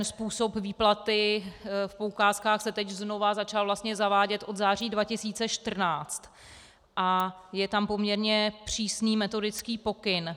Způsob výplaty v poukázkách se teď znova začal vlastně zavádět od září 2014 a je tam poměrně přísný metodický pokyn.